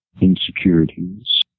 insecurities